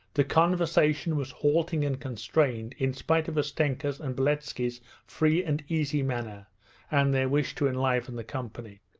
the conversation was halting and constrained, in spite of ustenka's and beletski's free and easy manner and their wish to enliven the company.